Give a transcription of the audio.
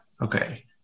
Okay